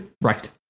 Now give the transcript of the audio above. Right